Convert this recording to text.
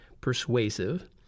persuasive